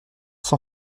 s’en